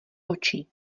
oči